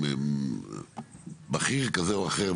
עם בכיר כזה או אחר,